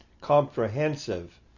comprehensive